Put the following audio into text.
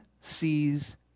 sees